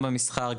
במסחר,